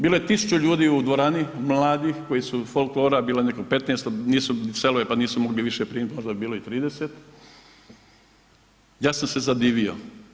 Bilo je 1000 ljudi u dvorani, mladih koji su iz folklora, bilo je nekih 15, nisu, selo je pa nisu mogli više primiti, možda bi bilo i 30, ja sam se zadivio.